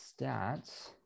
stats